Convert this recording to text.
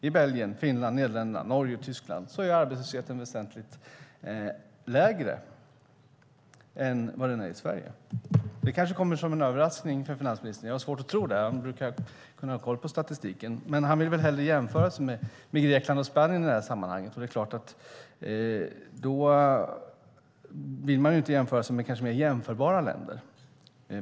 I Belgien, Finland, Nederländerna, Norge och Tyskland är arbetslösheten väsentligt lägre än i Sverige. Det kanske kommer som en överraskning för finansministern. Jag har svårt att tro det. Han brukar ha koll på statistiken. Han vill väl hellre jämföra sig med Grekland och Spanien i sammanhanget än med mer jämförbara länder.